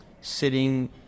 Sitting